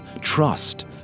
trust